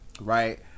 Right